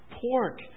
pork